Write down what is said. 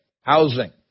Housing